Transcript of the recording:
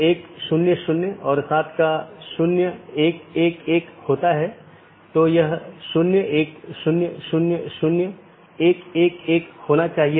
एक और बात यह है कि यह एक टाइपो है मतलब यहाँ यह अधिसूचना होनी चाहिए